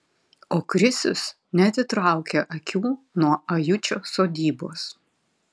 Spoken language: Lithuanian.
o krisius neatitraukia akių nuo ajučio sodybos